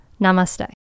Namaste